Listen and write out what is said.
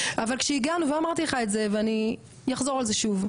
אבל כשהגענו ואמרתי לך את זה ואני אחזור על זה שוב,